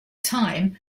time